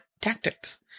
tactics